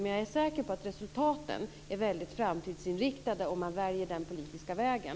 Men jag är säker på att resultaten är väldigt framtidsinriktade om man väljer den politiska vägen.